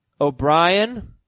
O'Brien